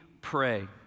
pray